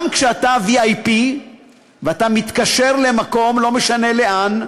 גם כשאתה VIP ואתה מתקשר למקום, לא משנה לאן,